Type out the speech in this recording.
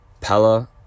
Pella